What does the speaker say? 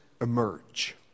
emerge